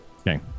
okay